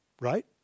right